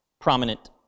Prominent